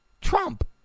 Trump